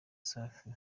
safi